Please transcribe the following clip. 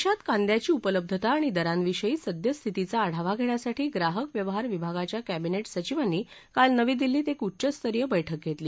देशात कांद्याची उपलब्धता आणि दरांविषयी सद्यस्थितीचा आढावा घेण्यासाठी ग्राहक व्यवहार विभागाच्या कॅबिनेट सचिवांनी काल नवी दिल्लीत एक उच्चस्तरीय बैठक घेतली